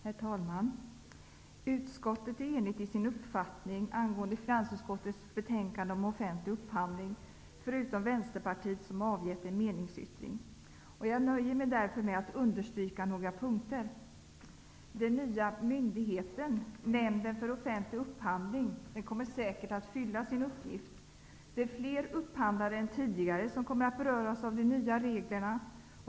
Herr talman! Utskottet är enigt i sin uppfattning angående finansutskottets betänkande om offentlig upphandling förutom Vänsterpartiet som avgett en meningsyttring. Jag nöjer mig därför med att understryka några punkter. Den nya myndigheten, Nämnden för offentlig upphandling, kommer säkert att fylla sin uppgift. Det är fler upphandlare än tidigare som kommer att beröras av de nya reglerna.